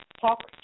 Talk